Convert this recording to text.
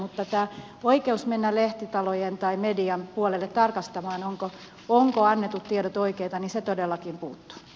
mutta tämä oikeus mennä lehtitalojen tai median puolelle tarkastamaan ovatko annetut tiedot oikeita todellakin puuttuu